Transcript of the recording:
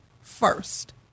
first